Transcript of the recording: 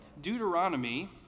Deuteronomy